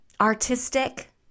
artistic